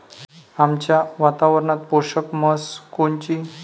आमच्या वातावरनात पोषक म्हस कोनची?